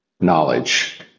Knowledge